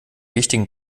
wichtigen